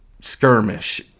skirmish